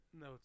No